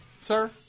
sir